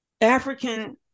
African